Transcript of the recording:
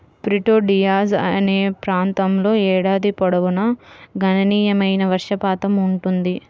Prieto Diaz అనే ప్రాంతంలో ఏడాది పొడవునా గణనీయమైన వర్షపాతం ఉంటుంది